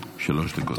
שלוש דקות לרשותך.